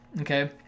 okay